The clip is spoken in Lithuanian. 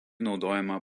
naudojama